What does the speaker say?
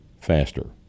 faster